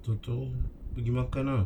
contoh pergi makan ah